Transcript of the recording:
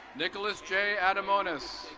nicolas j. adamonis.